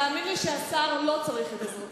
תאמין לי שהשר לא צריך את עזרתך.